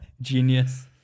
Genius